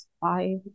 five